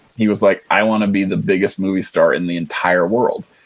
he was like, i want to be the biggest movie star in the entire world,